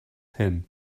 hin